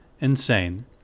insane